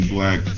Black